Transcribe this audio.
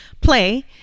play